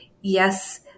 Yes